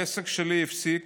העסק שלי הפסיק